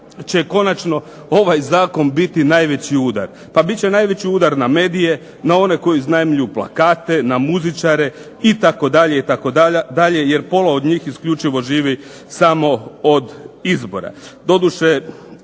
će konačno ovaj zakon biti najveći udar? Pa bit će najveći udar na medije, na one koji iznajmljuju plakate, na muzičare itd. itd. Jer pola od njih isključivo živi samo od izbora. Doduše,